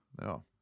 No